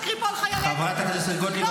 חברת הכנסת גוטליב,